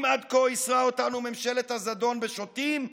אם עד כה ייסרה אותנו ממשלת הזדון בשוטים,